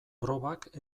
probak